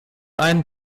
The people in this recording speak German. einen